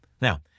Now